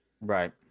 Right